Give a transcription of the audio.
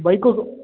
ಬೈಕಿಗು